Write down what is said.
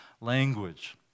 language